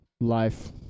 Life